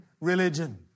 religion